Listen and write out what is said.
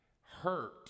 hurt